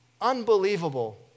unbelievable